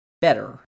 better